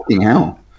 hell